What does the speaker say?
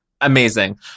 Amazing